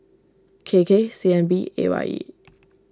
K K C N B A Y E